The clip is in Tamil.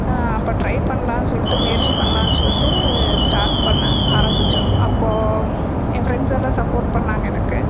அப்போ டிரை பண்ணலான்னு சொல்லிட்டு முயற்சி பண்ணலான்னு சொல்லிட்டு ஸ்டார்ட் பண்ண ஆரம்பிச்சோம் அப்போ என் ஃப்ரெண்ட்ஸெல்லாம் சப்போர்ட் பண்ணாங்கள் எனக்கு